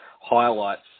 highlights